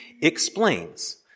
explains